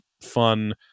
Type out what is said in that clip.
fun